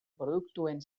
produktuen